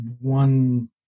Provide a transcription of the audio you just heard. one